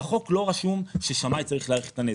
בחוק לא רשום ששמאי צריך להעריך את הנזק,